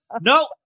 no